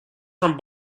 from